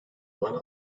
alan